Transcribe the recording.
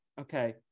Okay